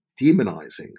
demonizing